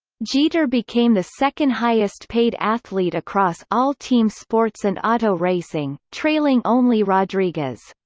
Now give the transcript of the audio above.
jeter became the second-highest-paid athlete across all team sports and auto racing, trailing only rodriguez.